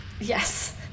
Yes